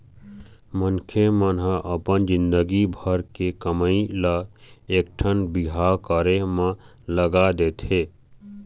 मनखे मन ह अपन जिनगी भर के कमई ल एकठन बिहाव करे म लगा देथे